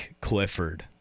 clifford